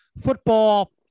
Football